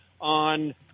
on